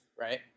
right